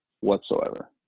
whatsoever